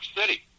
City